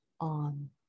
on